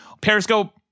periscope